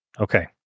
Okay